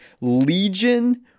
Legion